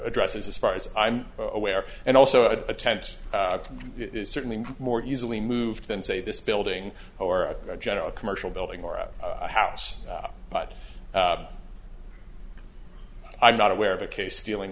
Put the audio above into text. addresses as far as i'm aware and also a tent that is certainly more easily moved than say this building or a general commercial building or a house but i'm not aware of a case dealing